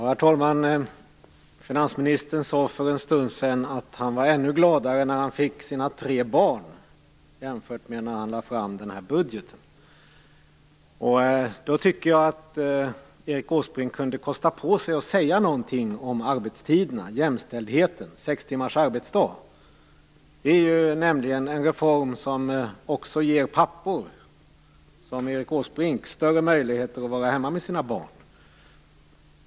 Herr talman! Finansministern sade för en stund sedan att han var ännu gladare när han fick sina tre barn än när han lade fram denna budget. Då tycker jag att Erik Åsbrink kunde kosta på sig att säga någonting om arbetstiderna, jämställdheten och sex timmars arbetsdag. Det är nämligen en reform som också ger pappor som Erik Åsbrink större möjligheter att vara hemma med sina barn.